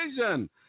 Vision